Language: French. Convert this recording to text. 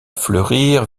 fleurir